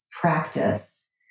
practice